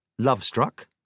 Lovestruck